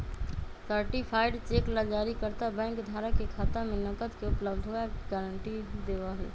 certified cheque ला जारीकर्ता bank धारक के खाता में नकद के उपलब्धता के गारंटी देवा हई